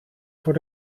voor